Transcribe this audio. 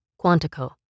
Quantico